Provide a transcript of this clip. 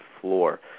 floor